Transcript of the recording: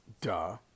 duh